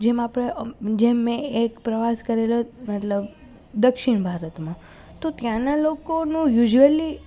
જેમ આપણે જેમ મેં એક પ્રવાસ કરેલો મતલબ દક્ષિણ ભારતમાં તો ત્યાંનાં લોકોનો યુઝવલી